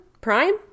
Prime